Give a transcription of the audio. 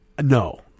No